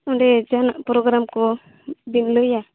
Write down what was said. ᱚᱸᱰᱮ ᱡᱟᱦᱟᱱᱟᱜ ᱯᱨᱳᱜᱨᱟᱢ ᱠᱚ ᱵᱤᱱ ᱞᱟᱹᱭᱟ